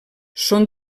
són